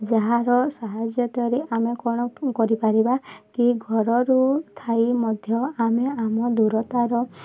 ଯାହାର ସାହାଯ୍ୟତାରେ ଆମେ କ'ଣ କରିପାରିବା କି ଘରରୁ ଥାଇ ମଧ୍ୟ ଆମେ ଆମ ଦୂରତା ର